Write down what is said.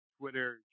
Twitter